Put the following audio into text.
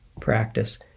practice